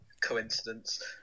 coincidence